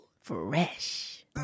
fresh